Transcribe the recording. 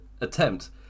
attempt